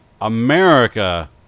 America